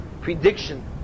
prediction